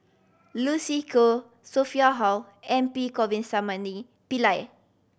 Lucy Koh Sophia Hull and P Govindasamy Pillai